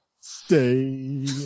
stay